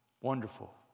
Wonderful